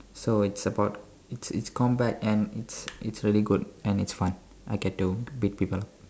so it's about it's it's combat and it's it's really good and it's fun I get to beat people up